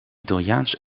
italiaans